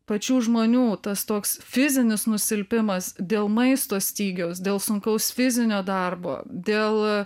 pačių žmonių tas toks fizinis nusilpimas dėl maisto stygiaus dėl sunkaus fizinio darbo dėl